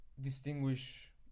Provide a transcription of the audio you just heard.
distinguish